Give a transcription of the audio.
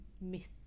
myth